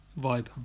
vibe